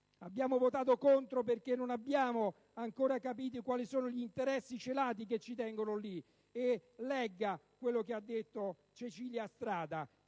Abbiamo votato contro perché non abbiamo ancora capito quali sono gli interessi celati che ci tengono lì. Signor Ministro, legga quanto ha detto Cecilia Strada,